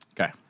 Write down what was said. Okay